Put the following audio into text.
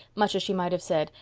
much as she might have said,